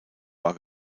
war